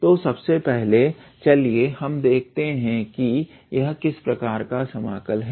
तो सबसे पहले चलिए हम देखते हैं कि यह किस प्रकार का समाकल है